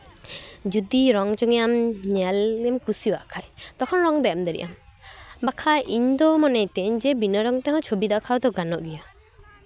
ᱡᱚᱫᱤ ᱨᱚᱝ ᱪᱩᱝᱜᱤᱭᱟᱹ ᱧᱮᱞ ᱮᱢ ᱠᱩᱥᱤᱭᱟᱜ ᱠᱷᱟᱡ ᱛᱚᱠᱷᱚᱱ ᱨᱚᱝ ᱫᱚ ᱮᱢ ᱫᱟᱲᱮᱭᱟᱜ ᱟᱢ ᱵᱟᱝᱠᱷᱟᱡ ᱤᱧ ᱫᱩᱧ ᱢᱚᱱᱮᱭᱮᱜ ᱛᱟᱦᱮᱱ ᱵᱤᱱᱟᱹ ᱨᱚᱝ ᱛᱮᱦᱚᱸ ᱪᱷᱚᱵᱤ ᱟᱸᱠᱟᱣ ᱫᱚ ᱜᱟᱱᱚᱜ ᱜᱮᱭᱟ